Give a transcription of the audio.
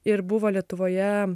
ir buvo lietuvoje